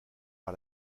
par